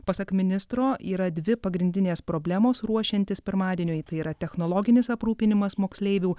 pasak ministro yra dvi pagrindinės problemos ruošiantis pirmadieniui tai yra technologinis aprūpinimas moksleivių